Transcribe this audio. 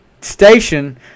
station